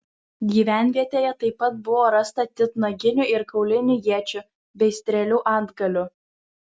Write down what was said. gyvenvietėje taip pat buvo rasta titnaginių ir kaulinių iečių bei strėlių antgalių